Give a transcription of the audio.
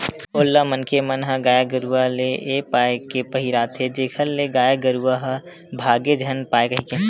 खोल ल मनखे मन ह गाय गरुवा ले ए पाय के पहिराथे जेखर ले गाय गरुवा ह भांगे झन पाय कहिके